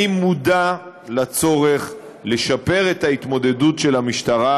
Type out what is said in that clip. אני מודע לצורך לשפר את התמודדות המשטרה